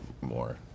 more